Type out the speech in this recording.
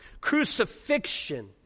crucifixion